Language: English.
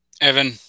Evan